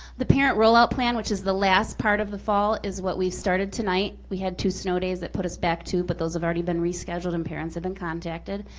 the parent rollout plan, which is the last part of the fall, is what we started tonight. we had two snow days that put us back, too, but those have already been rescheduled and parents have been contacted.